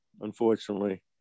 unfortunately